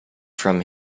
from